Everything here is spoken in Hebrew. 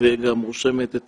וגם רושמת את